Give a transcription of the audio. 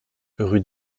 rue